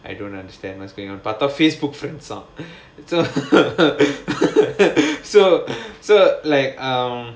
I don't understand what's going on part of Facebook friends up so so so like um